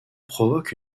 provoque